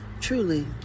Truly